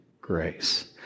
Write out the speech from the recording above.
grace